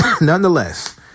nonetheless